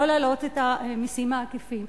לא להעלות את המסים העקיפים.